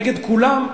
נגד כולם,